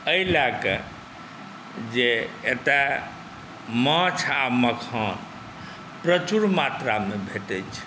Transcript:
अइ लए कऽ जे एतय माछ आ मखान प्रचूर मात्रामे भेटैत छै